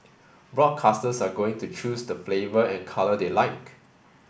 broadcasters are going to choose the flavour and colour they like